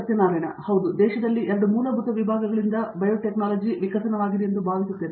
Satyanarayana N Gummadi ದೇಶದಲ್ಲಿ 2 ಮೂಲಭೂತ ವಿಭಾಗಗಳಿಂದ ಬಯೋಟೆಕ್ನಾಲಜಿಯಲ್ಲಿ ವಿಕಸನವಾಗಿದೆ ಎಂದು ನಾನು ಭಾವಿಸುತ್ತೇನೆ